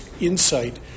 insight